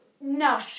No